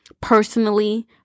personally